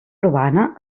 urbana